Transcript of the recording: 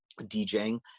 DJing